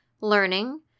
learning